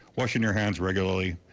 wash and your hands regularly,